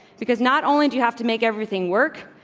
because not only do you have to make everything work,